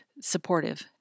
supportive